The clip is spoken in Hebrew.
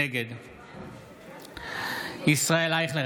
נגד ישראל אייכלר,